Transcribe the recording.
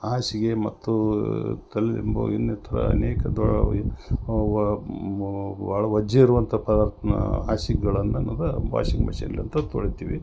ಹಾಸಿಗೆ ಮತ್ತು ತಲೆದಿಂಬು ಇನ್ನಿತರ ಅನೇಕ ಭಾಳ ವಜ್ಜೆ ಇರುವಂಥ ಹಾಸಿಗೆಗಳನ್ನ ಅನ್ನೋದು ವಾಷಿಂಗ್ ಮಿಷಿನ್ಲಿಂತ ತೊಳಿತೀವಿ